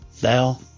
thou